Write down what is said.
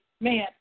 man